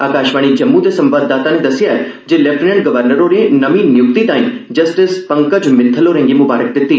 आकाशवाणी जम्मू दे संवाददाता नै दस्सेआ ऐ जे लैफ्टिनेंट गवर्नर होरे नमी नियुक्ति ताई जस्टिस पंकज मिततल होरें गी मुंबारक दित्ती